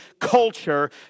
culture